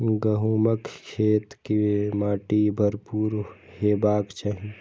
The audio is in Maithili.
गहूमक खेत के माटि भुरभुरा हेबाक चाही